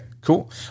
cool